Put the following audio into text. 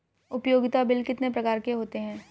उपयोगिता बिल कितने प्रकार के होते हैं?